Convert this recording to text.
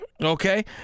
okay